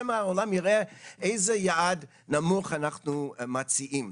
שמא העולם יראה איזה יעד נמוך אנחנו מציעים.